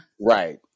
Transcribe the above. Right